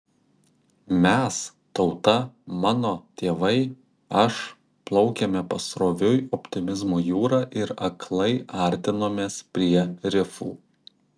mes tauta mano tėvai aš plaukėme pasroviui optimizmo jūra ir aklai artinomės prie rifų